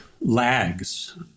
lags